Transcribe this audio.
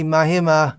Mahima